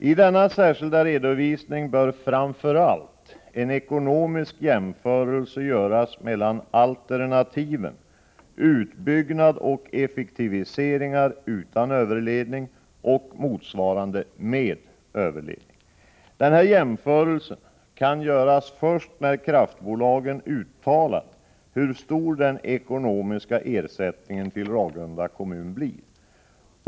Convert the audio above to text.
I denna särskilda redovisning bör framför allt en ekonomisk jämförelse göras mellan alternativen utbyggnad och effektiviseringar utan överledning och motsvarande med överledning. Denna jämförelse kan göras först när kraftbolagen uttalat hur stor den ekonomiska ersättningen till Ragunda kommun blir.